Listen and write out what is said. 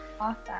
Awesome